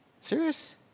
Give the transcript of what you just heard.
Serious